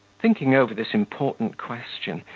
thinking over this important question,